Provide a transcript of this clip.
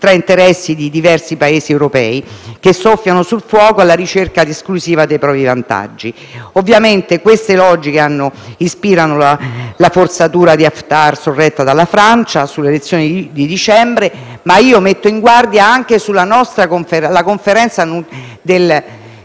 tra interessi di diversi Paesi europei che soffiano sul fuoco alla ricerca esclusiva dei propri vantaggi. Queste logiche ispirano ovviamente la forzatura di Haftar sorretta dalla Francia sulle elezioni di dicembre, ma io metto in guardia anche circa la Conferenza che si terrà